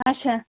اچھا